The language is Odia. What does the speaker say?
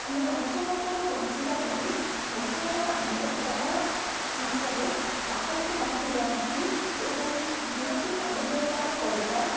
ଆମେ ଅଂଶଘାତରୁ ବଞ୍ଚିବା ପାଇଁ ମୁଖ୍ୟତଃ ଆମେ ଖରା ମାସରେ ବାହାରକୁ ବାହାରିବା ନାହିଁ ଏବଂ ଭଲକି ପାଣି ବ୍ୟବହାର କରିବା